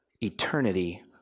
eternity